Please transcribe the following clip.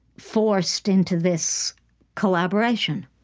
forced into this collaboration.